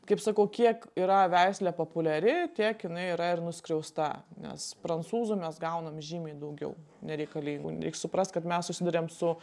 kaip sakau kiek yra veislė populiari tiek jinai yra ir nuskriausta nes prancūzų mes gaunam žymiai daugiau nereikalingų suprask kad mes susiduriam su